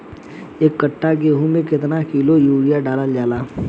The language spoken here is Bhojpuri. एक कट्टा गोहूँ में केतना किलोग्राम यूरिया डालल जाला?